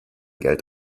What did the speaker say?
geld